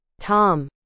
Tom